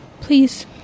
Please